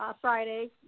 Friday